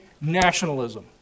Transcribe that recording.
nationalism